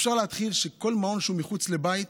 אפשר להתחיל, כל מעון שהוא מחוץ לבית